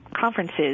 conferences